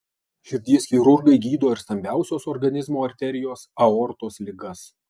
širdies chirurgai gydo ir stambiausios organizmo arterijos aortos ligas